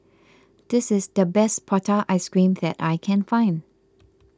this is the best Prata Ice Cream that I can find